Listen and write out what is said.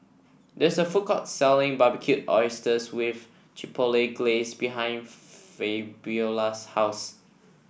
there is a food court selling Barbecued Oysters with Chipotle Glaze behind Fabiola's house